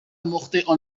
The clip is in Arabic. مخطئ